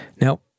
Now